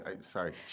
sorry